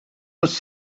was